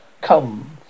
come